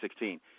2016